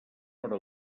hora